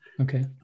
Okay